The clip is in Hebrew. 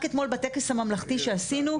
רק אתמול בטקס הממלכתי שעשינו,